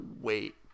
wait